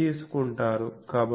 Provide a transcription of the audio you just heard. తీసుకుంటారు